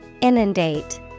inundate